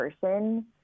person